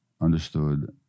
understood